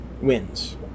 wins